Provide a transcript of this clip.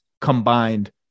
combined